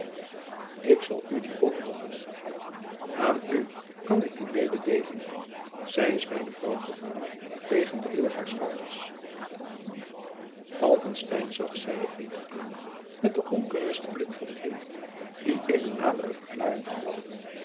ik zal u die ophelderen aan u kan ik die mededeelen zij is mijne vrouw geworden tegen den wil haars vaders falckestein zag zijnen vriend aan met den ongerusten blik van iemand die eene nadere verklaring verwacht